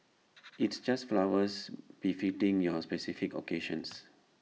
it's just flowers befitting your specific occasions